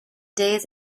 days